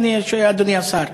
אדוני השר.